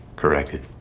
corrected?